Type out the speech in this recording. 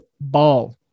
ball